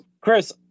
Chris